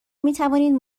میتوانید